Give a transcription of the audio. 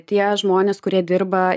tie žmonės kurie dirba